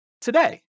today